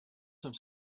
some